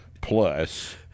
plus